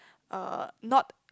uh not